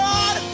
God